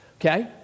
Okay